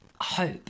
hope